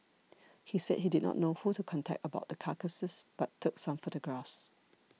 he said he did not know who to contact about the carcasses but took some photographs